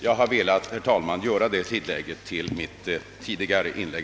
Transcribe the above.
Jag har, herr talman, velat göra detta tillägg till mitt interpellationssvar.